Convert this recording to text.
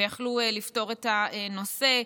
ויכלו לפתור את הנושא.